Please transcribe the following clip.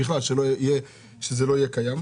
בכלל שזה לא יהיה קיים.